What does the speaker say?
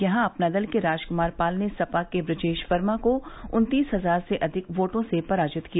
यहां अपना दल के रामकुमार पाल ने सपा के बृजेश वर्मा को उन्तीस हजार से अधिक वोटो से पराजित किया